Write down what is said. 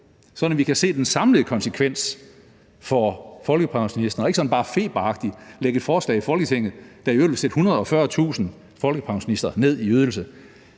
sådan at vi kan se den samlede konsekvens for folkepensionisterne, og vi vil ikke bare sådan panikagtigt fremsætte et forslag i Folketinget, der i øvrigt vil sætte 140.000 pensionister ned i ydelse.